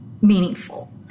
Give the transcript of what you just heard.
meaningful